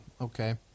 Okay